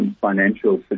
financial